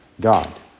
God